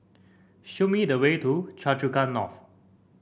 show me the way to Choa Chu Kang North